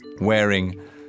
wearing